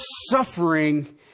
suffering